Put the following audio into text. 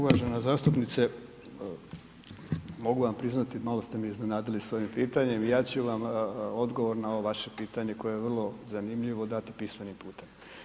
Uvažena zastupnice mogu vam priznati malo ste me iznenadili s ovim pitanjem, ja ću vam odgovor na ovo vaše pitanje koje je vrlo zanimljivo dati pismenim putem.